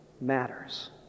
matters